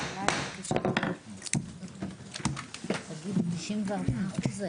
הישיבה ננעלה בשעה 15:33.